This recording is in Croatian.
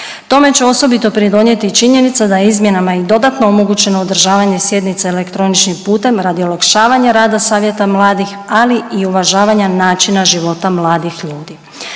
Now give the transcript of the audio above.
Tome će osobito pridonijeti i činjenica da je izmjenama i dodatno omogućeno održavanje sjednica elektroničnim putem radi olakšavanja rada Savjeta mladih, ali i uvažavanja načina života mladih ljudi.